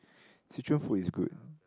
Swee Choon food is good